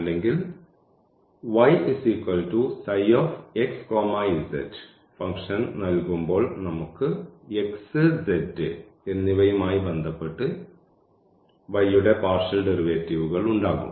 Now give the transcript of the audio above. അല്ലെങ്കിൽ ഫംഗ്ഷൻ നൽകുമ്പോൾ നമുക്ക് x z എന്നിവയുമായി ബന്ധപ്പെട്ട് y യുടെ പാർഷ്യൽ ഡെറിവേറ്റീവുകൾ ഉണ്ടാകും